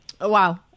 Wow